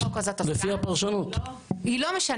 כל מה שהצעת החוק הזאת עושה היא לא משנה